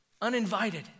uninvited